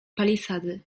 palisady